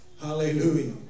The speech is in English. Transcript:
Hallelujah